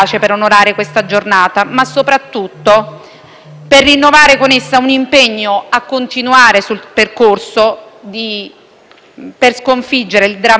per rinnovare con essa un impegno a continuare sul percorso per sconfiggere il drammatico fenomeno della violenza sulle donne.